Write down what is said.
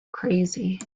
crazy